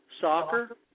soccer